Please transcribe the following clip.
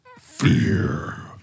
fear